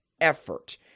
effort